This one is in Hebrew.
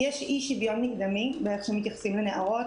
יש אי-שוויון מקדמי באיך שמתייחסים לנערות,